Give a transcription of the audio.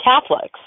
Catholics